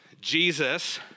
Jesus